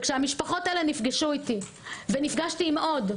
וכשהמשפחות האלה נפגשו איתי ונפגשתי עם עוד,